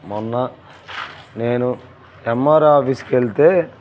మొన్న నేను ఎంఆర్వో ఆఫీస్కెళ్తే